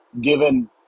given